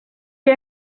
què